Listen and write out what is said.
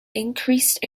increased